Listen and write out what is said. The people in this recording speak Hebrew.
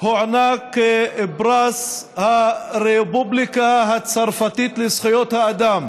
הוענק פרס הרפובליקה הצרפתית לזכויות האדם